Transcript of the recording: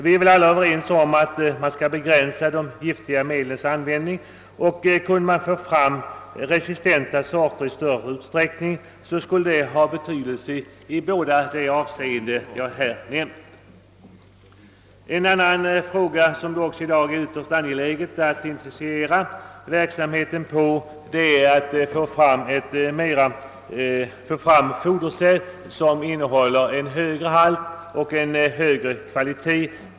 Vi är väl alla överens om att man bör begränsa de giftiga medlens användning, och kunde man få fram resistenta sorter i större utsträckning skulle det ha betydelse i båda de avseenden jag här nämnt. Ett annat område där det i dag är ytterst angeläget att åstadkomma en intensifiering av verksamheten gäller försöken att få fram fodersäd som innehåller en högre halt av protein och protein av högre kvalitet.